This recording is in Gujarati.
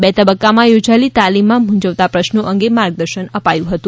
બે તબક્કામાં યોજાયેલી તાલીમમાં મૂંઝવતા પ્રશ્નો અંગે માર્ગદર્શન અપાયું હતું